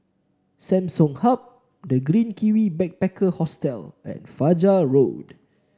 Samsung Hub The Green Kiwi Backpacker Hostel and Fajar Road